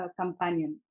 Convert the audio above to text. companion